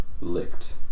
licked